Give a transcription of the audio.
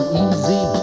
easy